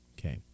Okay